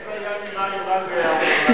עינת, איך זה היה נראה אם רזי היה אומר